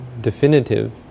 definitive